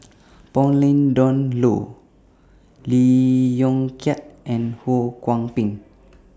Pauline Dawn Loh Lee Yong Kiat and Ho Kwon Ping